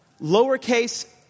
lowercase